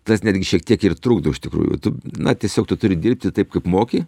tas netgi šiek tiek ir trukdo iš tikrųjų tu na tiesiog tu turi dirbti taip kaip moki